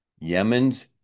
Yemen's